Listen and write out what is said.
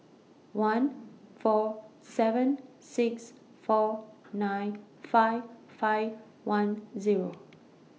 one four seven six four nine five five one Zero